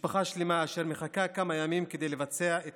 משפחה שלמה מחכה כמה ימים כדי לבצע את